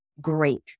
great